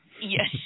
Yes